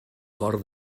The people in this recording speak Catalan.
cor